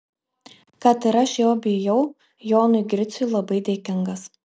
kad ir aš jo bijau jonui griciui labai dėkingas